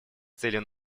целью